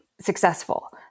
successful